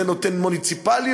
זה נותן מוניציפליות,